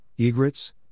egrets